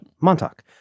montauk